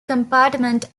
compartment